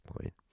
point